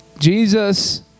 Jesus